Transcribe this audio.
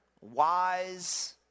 wise